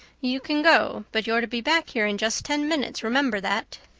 you can go, but you're to be back here in just ten minutes, remember that.